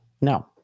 No